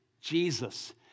Jesus